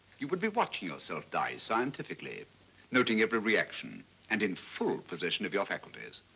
you would be watching yourself die scientifically noting every reaction and in full possession of your faculties.